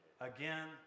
again